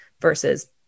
versus